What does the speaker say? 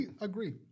agree